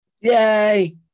Yay